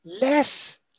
less